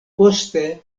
poste